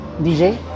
DJ